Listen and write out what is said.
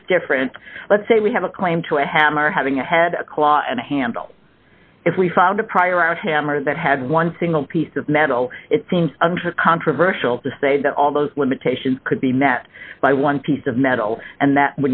this different let's say we have a claim to a hammer having a head a clot and a handle if we found a prior out hammer that had one single piece of metal it seems controversial to say that all those limitations could be met by one piece of metal and that